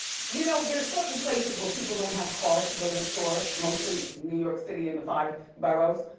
you know, there's certain places where people don't have cars to go to the store, mostly new york city and the five boroughs.